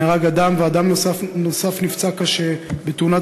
נהרג אדם ואדם אחר נפצע קשה בתאונת